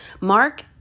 Mark